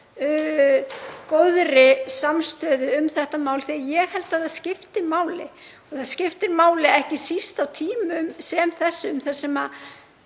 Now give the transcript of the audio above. góðri samstöðu um þetta mál því að ég held að það skipti máli og það skiptir máli, ekki síst á tímum sem þessum þar